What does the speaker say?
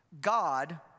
God